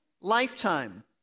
lifetime